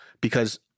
Because-